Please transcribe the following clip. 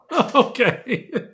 Okay